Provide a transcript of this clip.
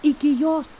iki jos